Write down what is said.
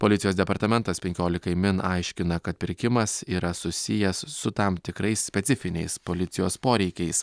policijos departamentas penkiolikai min aiškina kad pirkimas yra susijęs su tam tikrais specifiniais policijos poreikiais